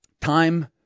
Time